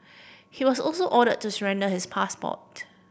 he was also ordered to surrender his passport